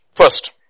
First